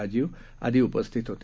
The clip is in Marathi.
राजीव आदी उपस्थित होते